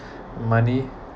money